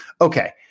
Okay